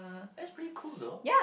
that's pretty cool though